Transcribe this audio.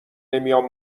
نمیام